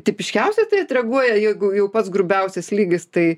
tipiškiausiai tai atreaguoja jeigu jau pats grubiausias lygis tai